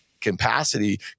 capacity